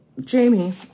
Jamie